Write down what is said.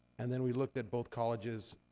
and then we looked at both colleges,